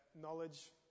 knowledge